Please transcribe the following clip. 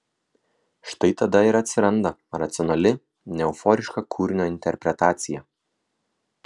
štai tada ir atsiranda racionali neeuforiška kūrinio interpretacija